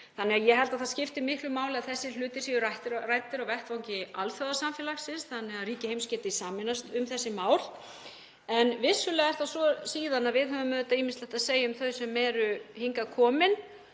þeim. Ég held að það skipti miklu máli að þessir hlutir séu ræddir á vettvangi alþjóðasamfélagsins þannig að ríki heims geti sameinast um þessi mál. En vissulega er það síðan svo að við höfum ýmislegt að segja um þau sem eru hingað komin